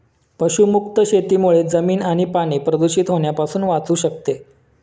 पशुमुक्त शेतीमुळे जमीन आणि पाणी प्रदूषित होण्यापासून वाचू शकते